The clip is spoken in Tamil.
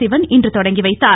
சிவன் இன்று தொடங்கி வைத்தார்